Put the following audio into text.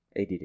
ADD